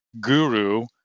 guru